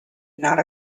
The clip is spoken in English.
not